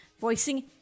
voicing